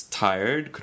tired